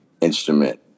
instrument